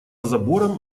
забором